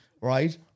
right